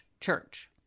church